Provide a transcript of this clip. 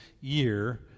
year